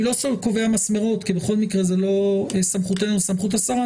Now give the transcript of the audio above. אני לא קובע מסמרות כי בכל מקרה זאת לא סמכותנו אלא סמכות השרה.